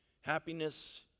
Happiness